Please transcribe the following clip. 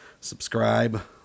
Subscribe